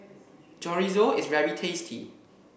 Chorizo is very tasty